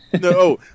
no